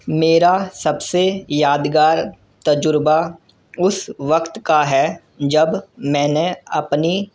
میرا سب سے یادگار تجربہ اس وقت کا ہے جب میں نے اپنی